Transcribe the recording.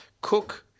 cook